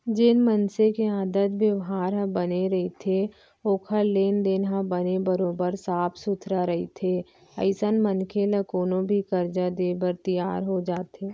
जेन मनसे के आदत बेवहार ह बने रहिथे ओखर लेन देन ह बने बरोबर साफ सुथरा रहिथे अइसन मनखे ल कोनो भी करजा देय बर तियार हो जाथे